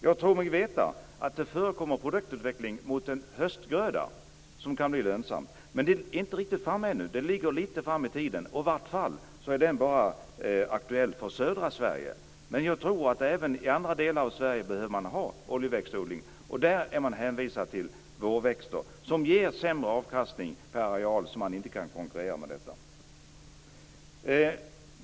Jag tror mig veta att det förekommer en produktutveckling i fråga om en höstgröda som kan bli lönsam. Men vi är inte riktigt framme ännu. Det här ligger lite längre fram i tiden. I vilket fall som helst är den bara aktuell i södra Sverige, och jag tror att man behöver ha oljeväxtodling även i andra delar av Sverige. Då är man hänvisad till vårväxter som ger sämre avkastning per areal så att man inte kan konkurrera med dessa.